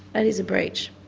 that is a breach.